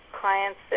clients